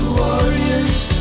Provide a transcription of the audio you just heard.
warriors